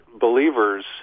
believers